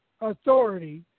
authority